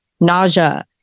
nausea